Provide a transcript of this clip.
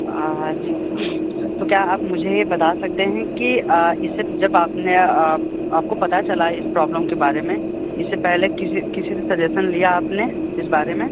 जी तो क्या आप मुझे यह बता सकते हैं कि इससे जब आपने आपको पता चला इस प्रॉब्लम के बारे में इससे पहले किसी किसी से सजेशन लिया आपने इस बारे में